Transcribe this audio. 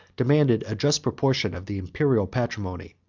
demanded a just proportion of the imperial patrimony.